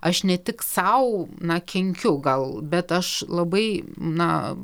aš ne tik sau na kenkiu gal bet aš labai na